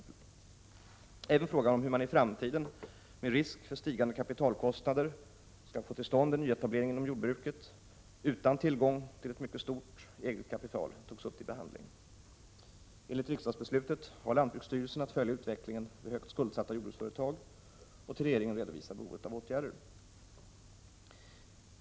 Även frågan om hur man i framtiden med risk för stigande kapitalkostnader skall få till stånd en nyetablering inom jordbruket utan tillgång till ett mycket stort eget kapital togs upp till behandling. Enligt riksdagsbeslutet har lantbruksstyrelsen att följa utvecklingen vid högt skuldsatta jordbruksföretag och att till regeringen redovisa behovet av åtgärder.